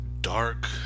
dark